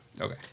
Okay